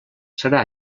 serà